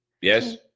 yes